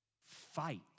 fight